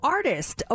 Artist